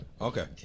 Okay